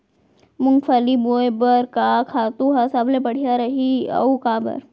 मूंगफली बोए बर का खातू ह सबले बढ़िया रही, अऊ काबर?